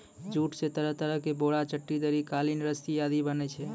jute स तरह तरह के बोरा, चट्टी, दरी, कालीन, रस्सी आदि बनै छै